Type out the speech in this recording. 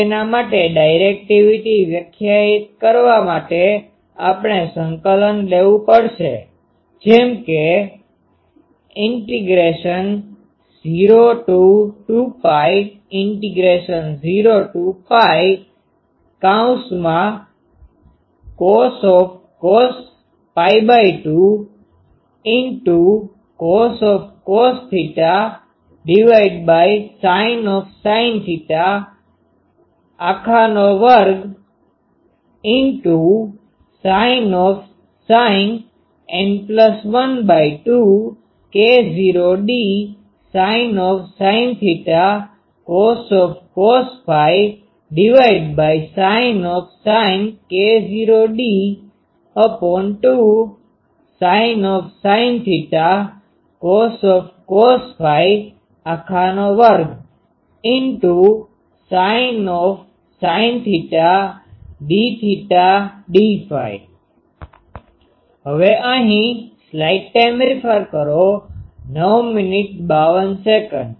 antenna માટે directivity વ્યાખ્યાયિત કરવા માટે આપણે સંકલન લેવું પડશે જેમ કે ૦2π૦cos 2cos sin 2sin N12 K૦ d sin θ cos sin K૦ d2 sin θ cos 2sin θ dθ dϕ